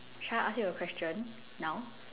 shall I ask you a question now